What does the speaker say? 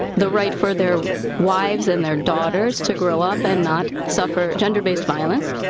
the right for their wives and their daughters to grow up and not suffer gender-based violence.